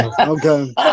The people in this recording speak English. Okay